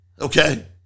Okay